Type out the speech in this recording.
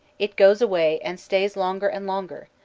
it goes away and stays longer and longer,